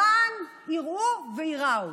למען יראו וייראו.